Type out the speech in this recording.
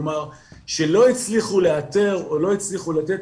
כלומר שלא הצליחו לאתר או לא הצליחו לתת